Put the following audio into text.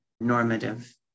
normative